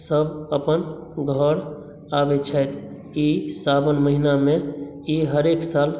सब अपन घर आबै छथि ई सावन महीना मे ई हरेक साल